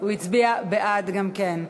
והוא הצביע בעד גם כן.